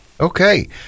Okay